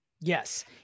Yes